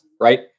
right